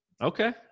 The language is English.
Okay